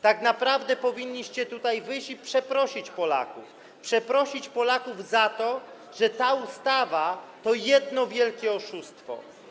Tak naprawdę powinniście tutaj wyjść i przeprosić Polaków, przeprosić Polaków za to, że ta ustawa to jedno wielkie oszustwo.